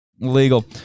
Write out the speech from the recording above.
legal